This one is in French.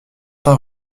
pas